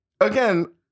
Again